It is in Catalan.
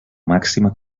màxima